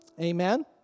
Amen